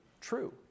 true